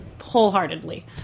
wholeheartedly